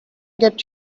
get